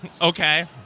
Okay